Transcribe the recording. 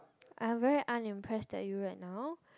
I am very unimpressed at you right now